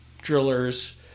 drillers